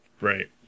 Right